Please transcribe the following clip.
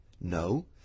No